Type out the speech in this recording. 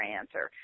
answer